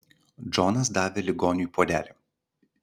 džonas davė ligoniui puodelį